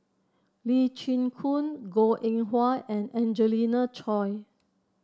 Lee Chin Koon Goh Eng Wah and Angelina Choy